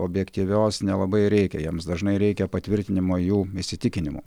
objektyvios nelabai reikia jiems dažnai reikia patvirtinimo jų įsitikinimų